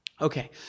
Okay